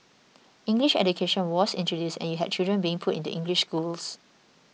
English education was introduced and you had children being put into English schools